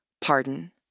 pardon